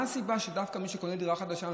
מה הסיבה שדווקא מי שקונה דירה חדשה,